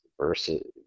versus